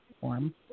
form